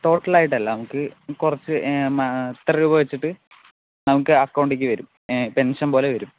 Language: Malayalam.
ടോട്ടൽ ആയിട്ടല്ല നമുക്ക് കുറച്ച് മാ ഇത്ര രൂപ വെച്ചിട്ട് നമുക്ക് അക്കൌണ്ടേയ്ക്ക് വരും പെൻഷൻ പോലെ വരും